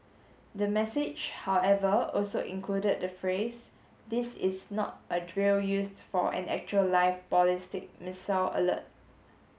the message however also included the phrase this is not a drill used for an actual live ballistic missile alert